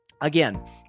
Again